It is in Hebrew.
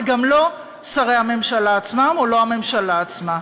וגם לא שרי הממשלה עצמם או לא הממשלה עצמה,